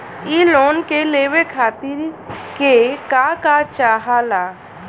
इ लोन के लेवे खातीर के का का चाहा ला?